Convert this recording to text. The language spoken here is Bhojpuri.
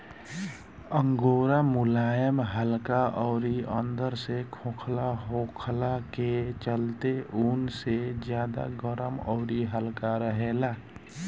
अंगोरा मुलायम हल्का अउरी अंदर से खोखला होखला के चलते ऊन से ज्यादा गरम अउरी हल्का रहेला